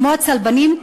כמו הצלבנים,